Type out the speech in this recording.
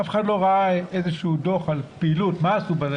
אף אחד לא ראה איזשהו דוח על פעילות ואיך